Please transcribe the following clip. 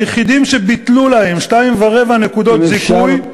היחידים שביטלו להם 2.25 נקודות זיכוי.